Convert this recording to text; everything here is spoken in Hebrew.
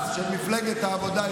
אז של מפלגת העבודה,